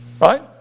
Right